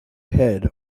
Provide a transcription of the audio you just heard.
head